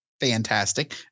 fantastic